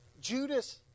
Judas